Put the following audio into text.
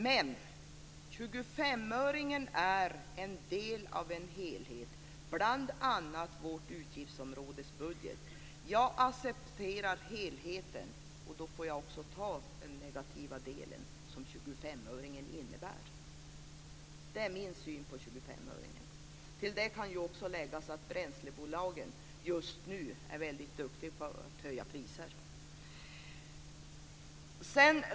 Men 25-öringen är en del av en helhet, bl.a. vårt utgiftsområdes budget. Jag accepterar helheten, och då får jag också ta den negativa del som 25-öringen innebär. Det är min syn på 25-öringen. Till det kan läggas att bränslebolagen just nu är väldigt duktiga på att höja priserna.